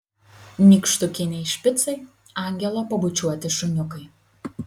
nykštukiniai špicai angelo pabučiuoti šuniukai